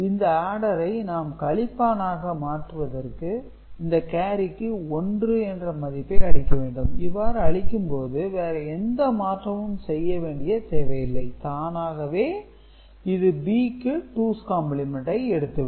இந்த ஆடரை நாம் கழிப்பானாக மாற்றுவதற்கு இந்த கேரிக்கு 1 என்ற மதிப்பை அளிக்க வேண்டும் இவ்வாறு அளிக்கும்போது வேறு எந்த மாற்றமும் செய்ய வேண்டிய தேவை இல்லை தானாகவே இது B க்கு டூஸ் காம்பிளிமெண்ட் எடுத்துவிடும்